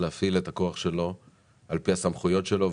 להפעיל את הכוח שלו על פי הסמכויות שלו.